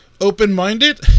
open-minded